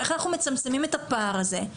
איך אנחנו מצמצמים את הפער הזה.